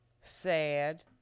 sad